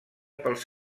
pels